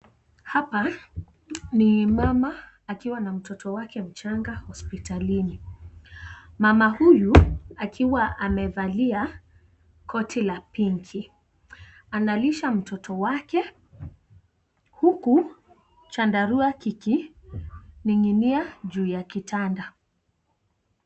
Hapa ni mama akiwa na mtoto wake mchanga hospitalini, mama huyu akiwa amevalia koti la pinki analisha mtoto wake huku chandarua kikining'inia juu ya kitanda.